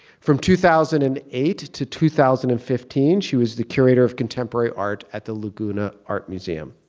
from two thousand and eight to two thousand and fifteen she was the curator of contemporary art at the laguna art museum.